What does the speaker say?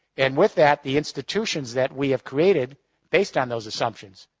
and with that, the institutions that we have created based on those assumptions,